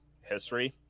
History